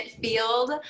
field